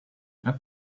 add